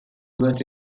was